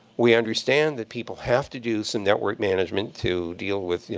we understand that people have to do some network management to deal with, you